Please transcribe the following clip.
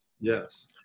Yes